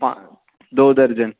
آں دو درجن